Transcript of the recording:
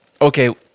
okay